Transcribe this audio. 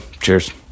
Cheers